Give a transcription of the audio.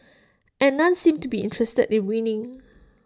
and none seemed to be interested in winning